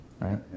right